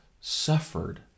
suffered